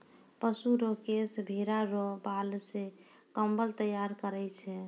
पशु रो केश भेड़ा रो बाल से कम्मल तैयार करै छै